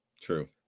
True